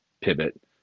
pivot